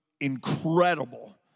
incredible